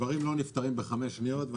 דברים לא נפתרים בחמש שניות.